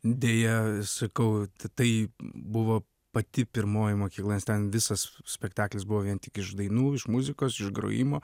deja sakau tai buvo pati pirmoji mokykla nes ten visas spektaklis buvo vien tik iš dainų iš muzikos iš grojimo